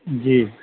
جی